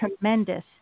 tremendous